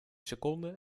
seconde